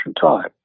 time